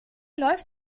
läuft